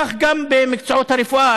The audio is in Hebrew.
כך גם במקצועות הרפואה,